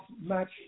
match